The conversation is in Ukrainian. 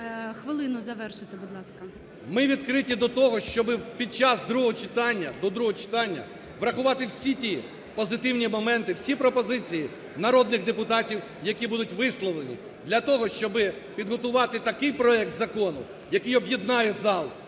Хвилину звершити, будь ласка. РЕВА А.О. Ми відкриті до того, щоби під час другого читання, до другого читання, врахувати всі ті позитивні моменти, всі пропозиції народних депутатів, які будуть висловлені, для того, щоб підготувати такий проект закону, який об'єднає зал,